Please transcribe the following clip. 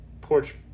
porch